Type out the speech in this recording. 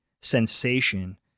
sensation